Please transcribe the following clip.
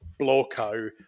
Bloco